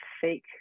fake